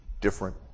Different